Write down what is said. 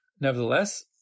Nevertheless